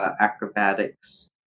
acrobatics